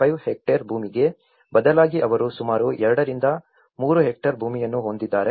5 hectare ಭೂಮಿಗೆ ಬದಲಾಗಿ ಅವರು ಸುಮಾರು 2 ರಿಂದ 3 ಹೆಕ್ಟೇರ್ ಭೂಮಿಯನ್ನು ಹೊಂದಿದ್ದಾರೆ